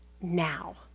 now